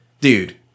dude